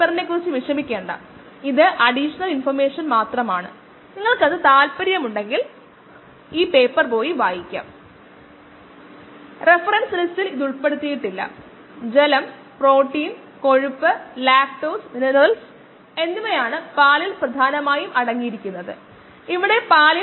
delta X എന്നത് delta T കൊണ്ട് ഹരിച്ചാൽ നമുക്ക് വേഗത കണക്കാക്കാം കൂടാതെ സാന്ദ്രതയ്ക്ക് അനുയോജ്യമായ സമയങ്ങൾ ഇവിടെയുണ്ട് പക്ഷേ നിരക്കുകളുമായി പൊരുത്തപ്പെടുന്ന സമയങ്ങളില്ല